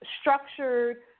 structured